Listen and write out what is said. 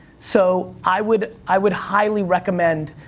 so i would i would highly recommend,